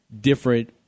different